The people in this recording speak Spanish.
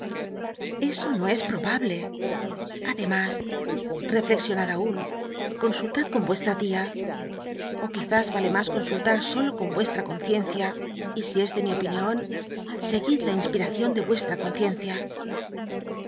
eso no es probable ademas renexionad aun consultad con ruestra tia ó quizás vale mas consultar solo con vuestra con cncia y si es de mi opinion seguid la inspiracion de ruestra conciencia